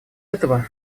этого